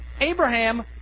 Abraham